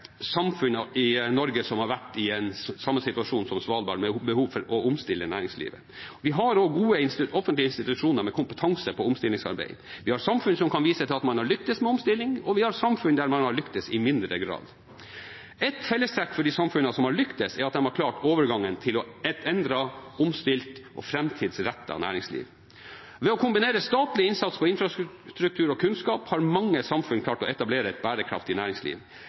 i Norge som har vært i samme situasjon som Svalbard, med behov for å omstille næringslivet. Vi har også gode offentlige institusjoner med kompetanse på omstillingsarbeid. Vi har samfunn som kan vise til at man har lyktes med omstilling, og vi har samfunn der man har lyktes i mindre grad. Ett fellestrekk ved de samfunnene som har lyktes, er at de har klart overgangen til et endret, omstilt og framtidsrettet næringsliv. Ved å kombinere statlig innsats på infrastruktur og kunnskap har mange samfunn klart å etablere et bærekraftig næringsliv.